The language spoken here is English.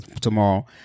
tomorrow